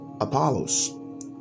Apollos